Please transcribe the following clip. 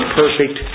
perfect